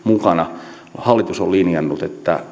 mukana hallitus on linjannut että